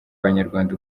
abanyarwanda